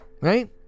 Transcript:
right